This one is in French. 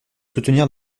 soutenir